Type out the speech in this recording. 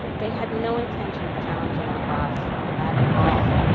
they had no intention of challenging the boss at all.